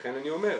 לכן אני אומר.